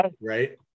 right